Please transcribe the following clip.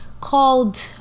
called